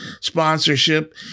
sponsorship